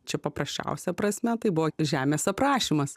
čia paprasčiausia prasme tai buvo žemės aprašymas